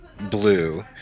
blue